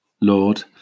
Lord